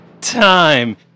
time